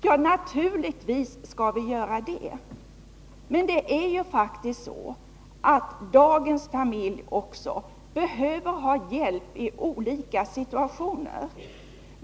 Ja, naturligtvis skall vi göra det. Men dagens familj behöver också ha hjälp i olika situationer.